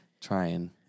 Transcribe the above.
Trying